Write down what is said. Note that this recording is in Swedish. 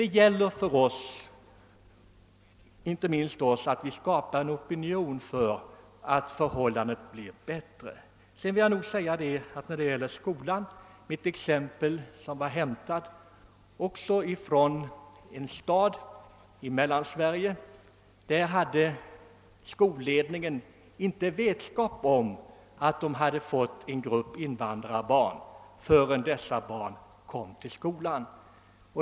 Det är angeläget att inte minst vi försöker skapa en opinion för bättre förhållanden. När det gäller skolan var mitt exempel också hämtat från en stad i Mellansverige. Skolledningen hade i det fallet inte vetskap om att man hade fått en grupp invandrarbarn till staden förrän dessa barn kom till skolan.